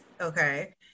Okay